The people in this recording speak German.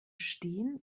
stehen